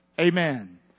Amen